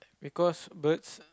because birds